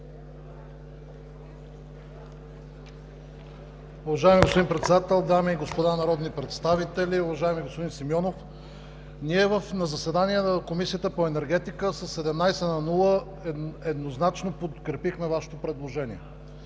Уважаеми господин Председател, дами и господа народни представители! Уважаеми господин Симеонов, ние на заседание на Комисията по енергетика със 17 на нула еднозначно подкрепихме Вашето предложение.